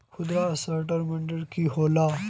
खुदरा असटर मंडी की होला?